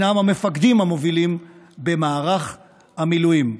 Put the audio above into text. הם המפקדים המובילים במערך המילואים.